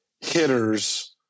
hitters